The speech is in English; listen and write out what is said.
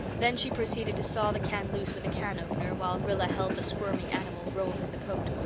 then she proceeded to saw the can loose with a can-opener, while rilla held the squirming animal, rolled in the coat.